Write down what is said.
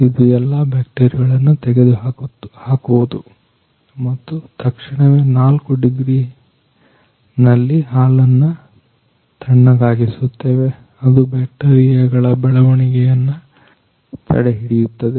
ಇದು ಎಲ್ಲಾ ಬ್ಯಾಕ್ಟೀರಿಯಾಗಳನ್ನು ತೆಗೆದುಹಾಕುವುದು ಮತ್ತು ತಕ್ಷಣವೇ 4 ಡಿಗ್ರಿ ನಲ್ಲಿ ಹಾಲನ್ನ ತಣ್ಣಗಾಗಿ ಸುತ್ತೇವೆ ಅದು ಬ್ಯಾಕ್ಟೀರಿಯಾಗಳ ಬೆಳವಣಿಗೆಯನ್ನು ತಡೆಹಿಡಿಯುತ್ತದೆ